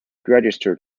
registered